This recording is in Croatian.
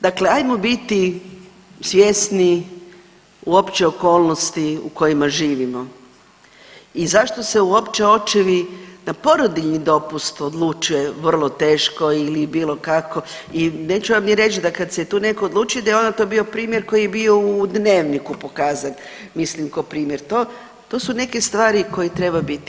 Dakle, ajmo biti svjesni uopće okolnosti u kojima živimo i zašto se uopće očevi na porodiljni dopust odlučuje vrlo teško ili bilo kako i neću vam ni reći da kad se tu netko odluči, da je onda to bio primjer koji je bio u dnevniku pokazan, mislim kao primjer, to, to su neke stvari koje treba biti.